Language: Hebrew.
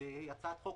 הצעת חוק